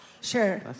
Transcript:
Sure